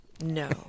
No